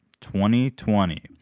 2020